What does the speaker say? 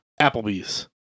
Applebee's